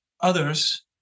others